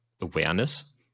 awareness